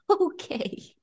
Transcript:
Okay